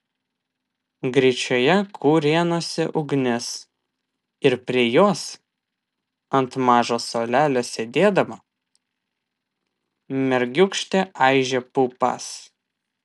gryčioje kūrenosi ugnis ir prie jos ant mažo suolelio sėdėdama mergiūkštė aižė pupas